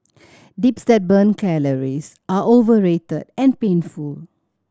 dips that burn calories are overrated and painful